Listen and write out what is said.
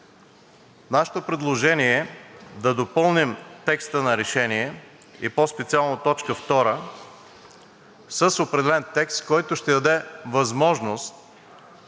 нашето предложение е да допълним текста на решение и по-специално т. 2 с определен текст, който ще даде възможност